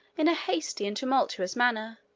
in a hasty and tumultuous manner,